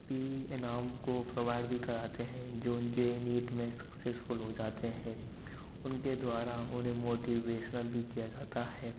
P अ नाम को प्रोवाइड भी कराते हैं जो जे ई नीट में सक्सेसफुल हो जाते हैं उनके द्वारा होने मोटिवेशनल भी किया जाता है